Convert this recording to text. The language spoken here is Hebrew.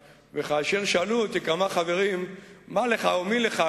וכאשר שאלו אותי כמה חברים מה לך ומי לך,